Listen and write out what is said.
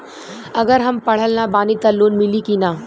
अगर हम पढ़ल ना बानी त लोन मिली कि ना?